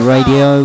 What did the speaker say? Radio